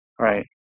Right